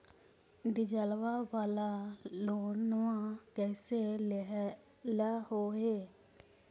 डीजलवा वाला लोनवा कैसे लेलहो हे?